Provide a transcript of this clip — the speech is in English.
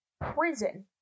prison